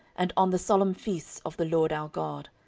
and on the solemn feasts of the lord our god.